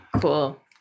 Cool